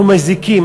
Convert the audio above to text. אנחנו מזיקים.